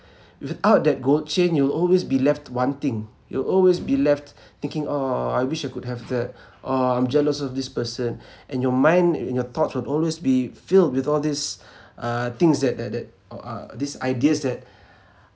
without that gold chain you'll always be left wanting you'll always be left thinking oh I wish I could have that oh I'm jealous of this person and your mind and your thoughts would always be filled with all these uh things that that that or uh these ideas that